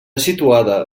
situada